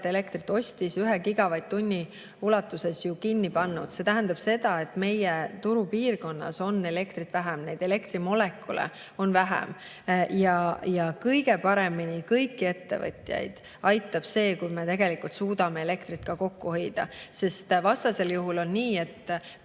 elektrit ostis, 1 gigavatt-tunni ulatuses kinni pannud. See tähendab seda, et meie turupiirkonnas on elektrit vähem, neid elektrimolekule on vähem. Ja kõige paremini kõiki ettevõtjaid aitab see, kui me tegelikult suudame elektrit kokku hoida. [Üld]juhul on nii, et